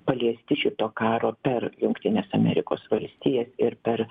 paliesti šito karo per jungtines amerikos valstijas ir per